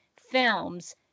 films